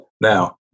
Now